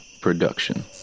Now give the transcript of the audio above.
Production